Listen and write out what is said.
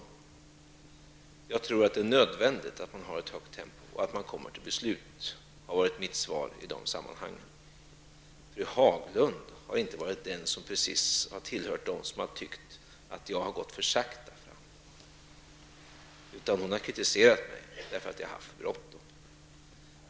Mitt svar i de sammanhangen har varit att jag tror att det är nödvändigt att man har ett högt tempo och att man kommer fram till beslut. Fru Haglund har inte precis tillhört dem som har tyckt att jag har gått fram för sakta, utan hon har kritiserat mig för att jag har haft för bråttom.